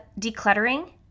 decluttering